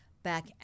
back